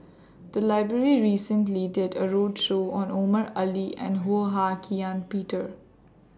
The Library recently did A roadshow on Omar Ali and Ho Hak Ean Peter